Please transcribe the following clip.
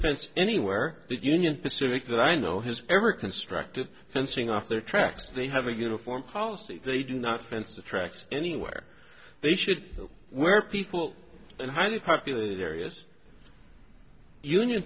fence anywhere that union pacific that i know has ever constructed fencing off their tracks they have a uniform policy they do not fence the tracks anywhere they should where people and highly populated areas union